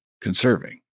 conserving